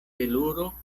veluro